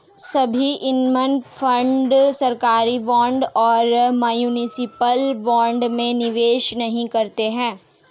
सभी income fund सरकारी bond और म्यूनिसिपल बॉन्ड में निवेश नहीं करते हैं